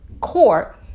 court